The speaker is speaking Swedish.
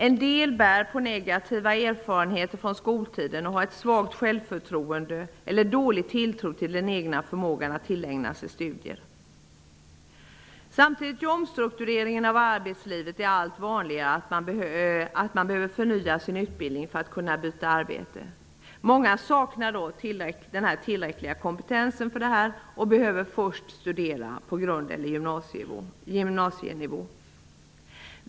En del bär på negativa erfarenheter från skoltiden och har ett svagt självförtroende och dålig tilltro till den egna förmågan att tillägna sig studier. Samtidigt gör omstruktureringen av arbetslivet det allt vanligare att man behöver förnya sin utbildning för att kunna byta arbete. Många saknar dock tillräcklig allmän kompetens för detta och behöver först studera på grundskoleeller gymnasienivå.